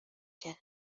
مکه